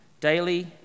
daily